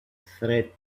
threat